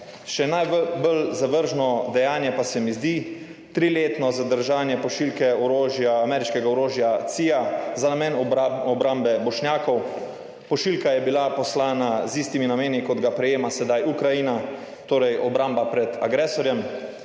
še najbolj zavržno dejanje pa se mi zdi triletno zadržanje pošiljke orožja, ameriškega orožja CIA za namen obrambe Bošnjakov. Pošiljka je bila poslana z istimi nameni, kot ga prejema sedaj Ukrajina, torej obramba pred agresorjem.